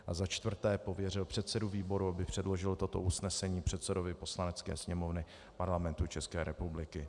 A za čtvrté pověřil předsedu výboru, aby předložil toto usnesení předsedovi Poslanecké sněmovny Parlamentu České republiky.